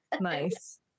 Nice